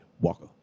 Walker